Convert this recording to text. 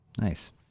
nice